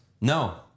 No